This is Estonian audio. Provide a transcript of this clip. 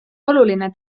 oluline